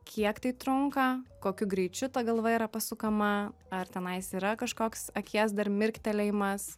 kiek tai trunka kokiu greičiu ta galva yra pasukama ar tenais yra kažkoks akies dar mirktelėjimas